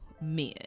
men